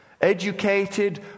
educated